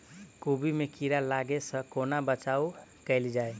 कोबी मे कीड़ा लागै सअ कोना बचाऊ कैल जाएँ?